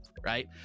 right